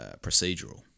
Procedural